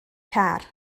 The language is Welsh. car